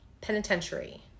penitentiary